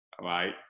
right